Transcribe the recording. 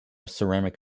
ceramic